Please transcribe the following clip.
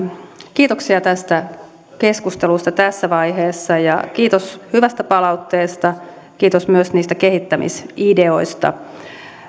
kiitoksia tästä keskustelusta tässä vaiheessa ja kiitos hyvästä palautteesta kiitos myös kehittämisideoista